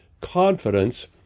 confidence